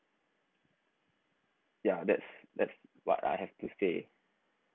yeah that's that's what I have to say